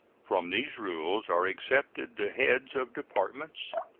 from these rules are excepted the heads of departments,